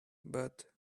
but